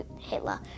Hitler